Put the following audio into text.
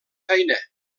feina